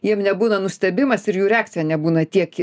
jiems nebūna nustebimas ir jų reakcija nebūna tiek